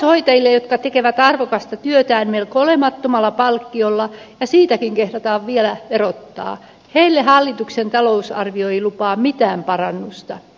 omaishoitajille jotka tekevät arvokasta työtään melko olemattomalla palkkiolla ja siitäkin kehdataan vielä verottaa hallituksen talousarvio ei lupaa mitään parannusta